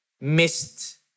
missed